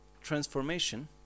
transformation